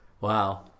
Wow